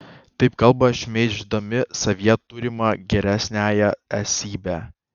taip kalba šmeiždami savyje turimą geresniąją esybę